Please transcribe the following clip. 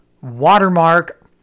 Watermark